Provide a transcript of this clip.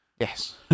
Yes